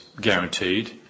guaranteed